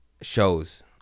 shows